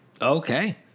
Okay